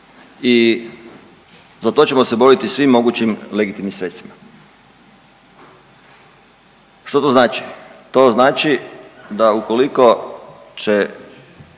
I za to ćemo se boriti svim mogućim legitimnim sredstvima. Što to znači? To znači da ukoliko će